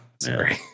Sorry